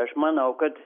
aš manau kad